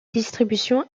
distribution